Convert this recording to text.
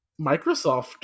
Microsoft